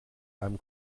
einem